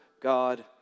God